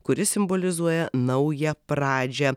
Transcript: kuris simbolizuoja naują pradžią